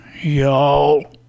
y'all